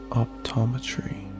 optometry